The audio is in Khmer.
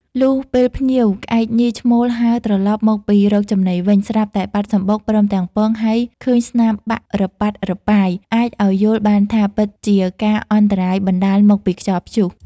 លុះពេលល្ងាច ក្អែកញីឈ្មោលហើរត្រឡប់មកពីររកចំណីវិញ ស្រាប់តែបាត់សំបុកព្រមទាំងពង ហើយឃើញស្នាមបាក់រប៉ាត់រប៉ាយ អាចឲ្យយល់បានថា ពិតជាការអន្តរាយបណ្តាលមកពីខ្យល់ព្យុះ ។